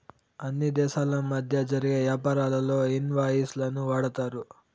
అన్ని దేశాల మధ్య జరిగే యాపారాల్లో ఇన్ వాయిస్ లను వాడతారు